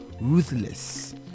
ruthless